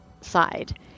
side